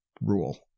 rule